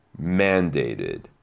mandated